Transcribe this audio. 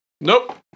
Nope